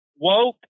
woke